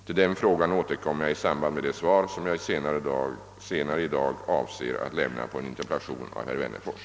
Till denna fråga återkommer jag i samband med det svar som jag senare i dag avser att lämna på en interpellation av herr Wennerfors.